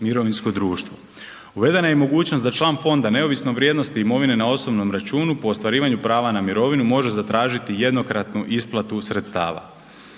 mirovinsko društvo. Uvedena je i mogućnost da član fonda neovisno o vrijednosti imovine na osobnom računu po ostvarivanju prava na mirovinu može zatražiti jednokratnu isplatu sredstava.